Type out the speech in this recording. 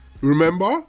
Remember